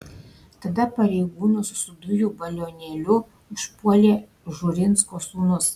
tada pareigūnus su dujų balionėliu užpuolė žurinsko sūnus